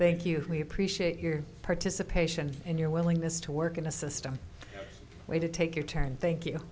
thank you we appreciate your participation and your willingness to work in a system way to take your turn thank you